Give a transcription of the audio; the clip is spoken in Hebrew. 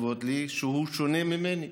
שהוא שונה ממני,